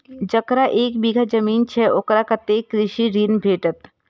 जकरा एक बिघा जमीन छै औकरा कतेक कृषि ऋण भेटत?